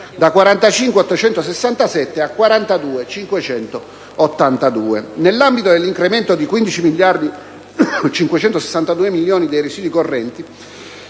da 45.867 a 42.582 milioni. Nell'ambito dell'incremento di 15.562 milioni dei residui correnti,